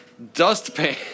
dustpan